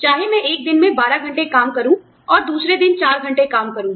चाहे मैं एक दिन में 12 घंटे काम करूँ और दूसरे दिन चार घंटे काम करूँ